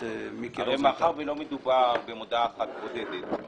הרי מאחר שלא מדובר במודעה אחת בודדת